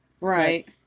Right